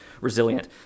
resilient